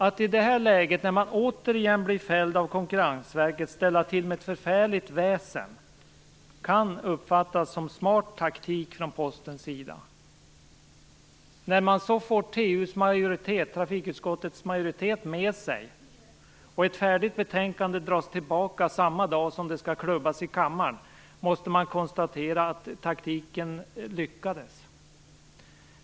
Att i det här läget, när man återigen blir fälld av Konkurrensverket, ställa till med ett förfärligt väsen kan uppfattas som smart taktik från Postens sida. När man så får trafikutskottets majoritet med sig och ett färdigt betänkande dras tillbaka samma dag som det skall klubbas i kammaren måste jag konstatera att taktiken lyckades.